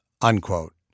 Unquote